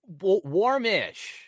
Warmish